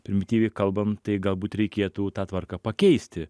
primityviai kalbant tai galbūt reikėtų tą tvarką pakeisti